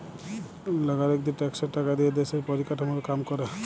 লাগরিকদের ট্যাক্সের টাকা দিয়া দ্যশের পরিকাঠামর কাম ক্যরে